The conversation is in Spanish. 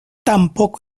tampoco